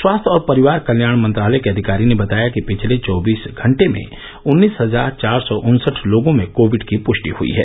स्वास्थ्य और परिवार कल्याण मंत्रालय के अधिकारी ने बताया कि पिछले चौबीस घंटे में उन्नीस हजार चार सौ उन्सठ लोगों में कोविड की पृष्टि हई है